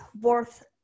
worth